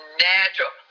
natural